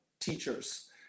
teachers